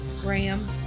Graham